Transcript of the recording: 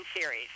series